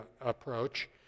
approach